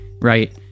right